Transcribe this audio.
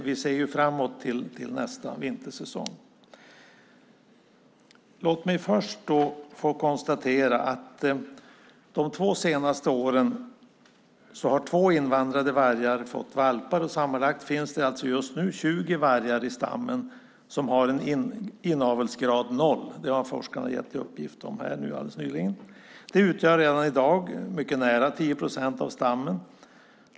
Vi ser ju framåt till nästa vintersäsong. Låt mig först få konstatera att de två senaste åren har två invandrade vargar fått valpar. Sammanlagt finns det alltså just nu 20 vargar som har inavelsgraden 0 procent i stammen. Det har forskarna gett uppgift om alldeles nyligen. De utgör redan i dag mycket nära 10 procent av stammen.